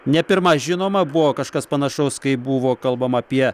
ne pirma žinoma buvo kažkas panašaus kai buvo kalbama apie